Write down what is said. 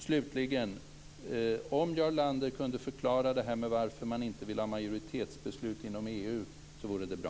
Slutligen, om Jarl Lander kan förklara varför man inte vill ha majoritetsbeslut inom EU vore det bra.